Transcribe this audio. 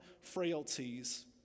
frailties